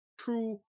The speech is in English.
true